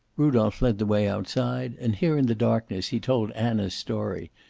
rudolph led the way outside, and here in the darkness he told anna's story,